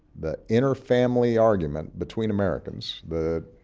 the inner family argument between americans, the